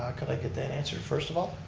ah could i get that answer first of all?